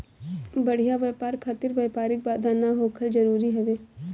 बढ़िया व्यापार खातिर व्यापारिक बाधा ना होखल जरुरी हवे